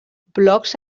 blocs